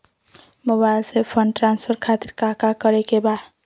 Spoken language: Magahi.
मोबाइल से फंड ट्रांसफर खातिर काका करे के बा?